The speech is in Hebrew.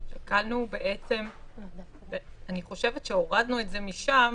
הורדנו את זה משם